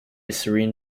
serene